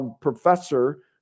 professor